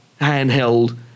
handheld